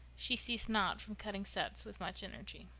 she ceased not from cutting sets with much energy.